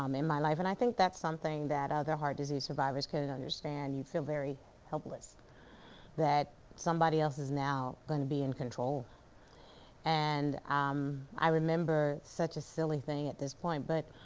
um in my life and i think that's something that other heart disease survivors can understand. you feel very helpless that somebody else is now going to be in control and um i remember such a silly thing at this point, but